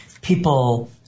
people